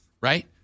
right